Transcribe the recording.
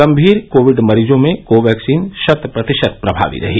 गंभीर कोविड मरीजों में कोवैक्सीन शत प्रतिशत प्रभावी रही